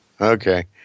Okay